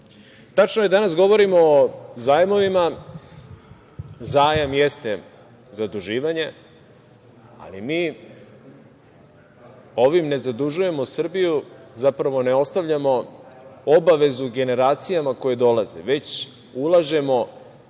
ih. Tačno je, danas govorimo o zajmovima. Zajam jeste zaduživanje, ali mi ovim ne zadužujemo Srbiju, zapravo ne ostavljamo obavezu generacijama koje dolaze, već ulažemo